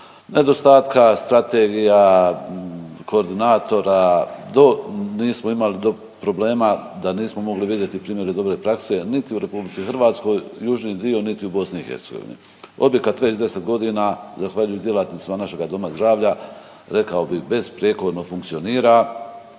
nedostatka strategija, koordinatora do, nismo imali, do problema da nismo mogli vidjeti primjere dobre prakse niti u RH južni dio, niti u BiH. Objekat već 10 godina zahvaljujući djelatnicima našega doma zdravlja rekao bih besprijekorno funkcionira,